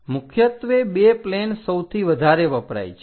મુખ્યત્વે બે પ્લેન સૌથી વધારે વપરાય છે